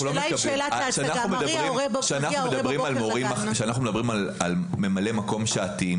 כשאנחנו מדברים על ממלאי מקום שעתיים,